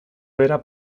bera